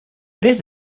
let